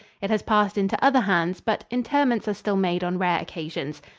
it has passed into other hands, but interments are still made on rare occasions.